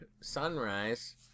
Sunrise